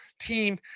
team